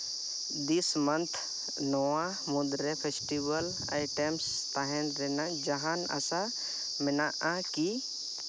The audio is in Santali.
ᱫᱤᱥ ᱢᱟᱱᱛᱷ ᱱᱚᱣᱟ ᱢᱩᱫᱽᱨᱮ ᱯᱷᱮᱥᱴᱤᱵᱷᱮᱞ ᱟᱭᱴᱮᱢᱥ ᱛᱟᱦᱮᱱ ᱨᱮᱱᱟᱜ ᱡᱟᱦᱟᱱ ᱟᱥᱟ ᱢᱮᱱᱟᱜᱼᱟᱠᱤ